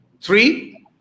Three